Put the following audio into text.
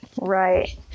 Right